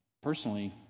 personally